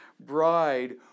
bride